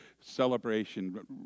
celebration